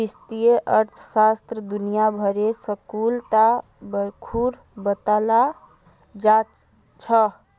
व्यष्टि अर्थशास्त्र दुनिया भरेर स्कूलत बखूबी बताल जा छह